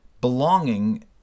Belonging